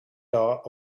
dot